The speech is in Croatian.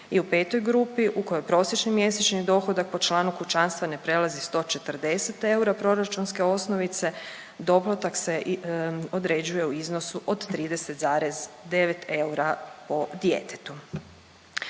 i u petoj grupi u kojoj prosječni mjesečni dohodak po članu kućanstva ne prelazi 140 eura proračunske osnovice doplatak se određuje u iznosu od 30,09 eura po djetetu.